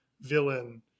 villain